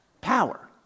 power